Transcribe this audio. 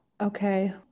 okay